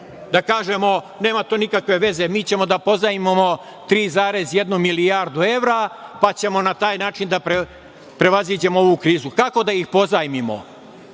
da kažemo – nema to nikakve veze, mi ćemo da pozajmimo 3,1 milijardu evra, pa ćemo na taj način da prevaziđemo ovu krizu. Kako da ih pozajmimo?